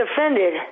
offended